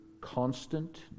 constant